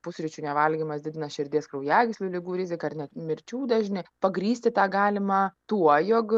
pusryčių nevalgymas didina širdies kraujagyslių ligų riziką ar net mirčių dažnį pagrįsti tą galima tuo jog